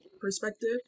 perspective